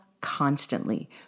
constantly